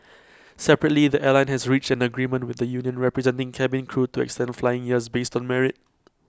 separately the airline has reached an agreement with the union representing cabin crew to extend flying years based on merit